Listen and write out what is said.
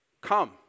Come